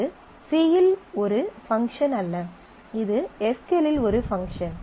இது C இல் ஒரு பங்க்ஷன் அல்ல இது எஸ் க்யூ எல் இல் ஒரு பங்க்ஷன்